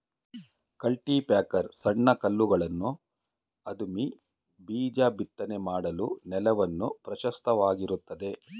cultipacker ಸಣ್ಣ ಕಲ್ಲುಗಳನ್ನು ಅದುಮಿ ಬೀಜ ಬಿತ್ತನೆ ಮಾಡಲು ನೆಲವನ್ನು ಪ್ರಶಸ್ತವಾಗಿರುತ್ತದೆ